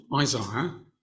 Isaiah